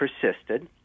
persisted